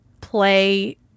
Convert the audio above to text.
play